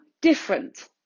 different